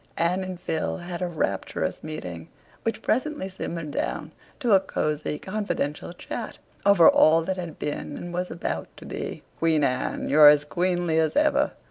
anne and phil had a rapturous meeting which presently simmered down to a cosy, confidential chat over all that had been and was about to be. queen anne, you're as queenly as ever.